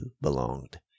belonged